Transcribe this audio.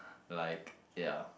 like ya